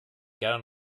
gerne